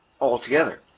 altogether